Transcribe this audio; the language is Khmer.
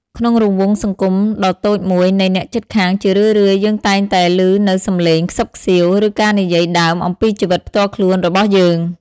ក្នុងរង្វង់សង្គមដ៏តូចមួយនៃអ្នកជិតខាង ជារឿយៗ យើងតែងតែឮនូវសំឡេងខ្សឹបខ្សៀវ ឬការនិយាយដើមអំពីជីវិតផ្ទាល់ខ្លួនរបស់យើង។